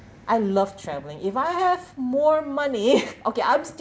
I love traveling if I have more money okay I'm